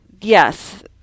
yes